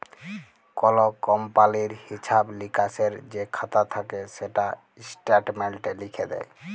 call কমপালির হিঁসাব লিকাসের যে খাতা থ্যাকে সেটা ইস্ট্যাটমেল্টে লিখ্যে দেয়